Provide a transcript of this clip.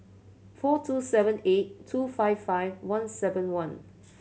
four two seven eight two five five one seven one